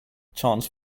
chance